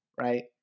right